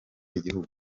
igihugu